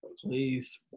Please